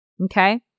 Okay